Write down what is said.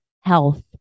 health